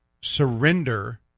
surrender